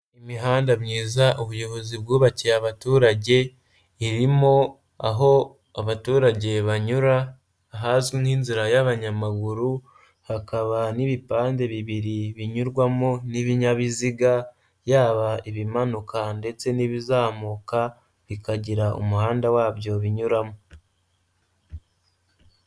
Imihanda myiza ubuyobozi bwubakiye abaturage, irimo aho abaturage banyura ahazwi nk'inzira y'abanyamaguru, hakaba n'ibipande bibiri binyurwamo n'ibinyabiziga, yaba ibimanuka ndetse n'ibizamuka, bikagira umuhanda wabyo binyuramo.